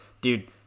dude